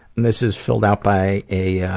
this is filled out by a ah.